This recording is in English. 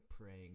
praying